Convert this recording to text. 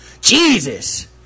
Jesus